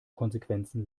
konsequenzen